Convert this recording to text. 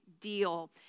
deal